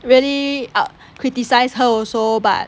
really criticise her also but